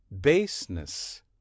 Baseness